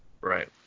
Right